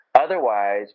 Otherwise